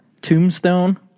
Tombstone